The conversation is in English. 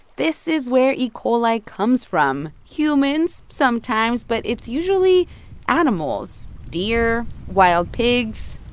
this is where e. coli comes from. humans sometimes, but it's usually animals deer, wild pigs,